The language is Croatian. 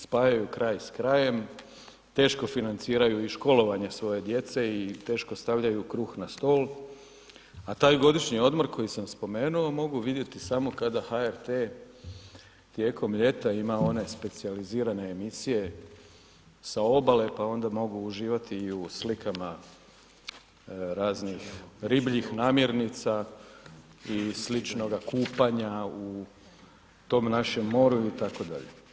Spajaju kraj s krajem, teško financiraju i školovanje svoje djece i teško stavljaju kruh na stol, a taj godišnji odmor koji sam spomenuo mogu vidjeti samo kada HRT tijekom ljeta ima one specijalizirane emisije sa obale, pa onda mogu uživati i u slikama raznih ribljih namirnica i sličnoga, kupanja u tom našem moru itd.